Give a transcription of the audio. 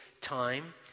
time